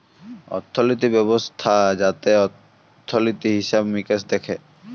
অর্থলিতি ব্যবস্থা যাতে অর্থলিতি, হিসেবে মিকেশ দ্যাখে